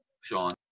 Sean